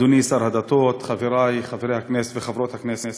אדוני שר הדתות, חברי חברי הכנסת וחברות הכנסת,